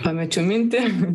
pamečiau mintį